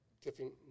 different